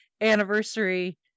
anniversary